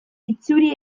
itzuri